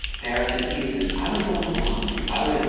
paracentesis, i was going blind. i would